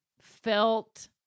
felt